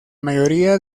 mayoría